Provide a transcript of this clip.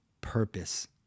purpose